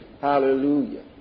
Hallelujah